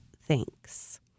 thanks